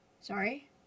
Sorry